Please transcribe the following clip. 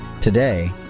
Today